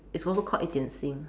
is also called 一点心